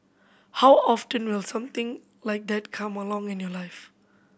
how often will something like that come along in your life